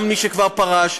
גם מי שכבר פרש,